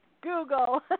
Google